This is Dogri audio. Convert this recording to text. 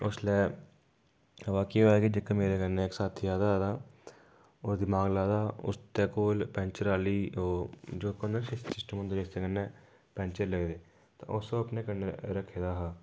उसलै अवा केह् होआ कि जित्थै मेरे कन्नै इक साथी आए दा हा ओह् दिमाग लाए दा हा उस दे कोल पैंचर आह्ली ओह् जो इक होंदा सिस्टम होंदा जेहके कन्नै पैंचर लगदे तां उस अपने कन्नै रक्खे दा हा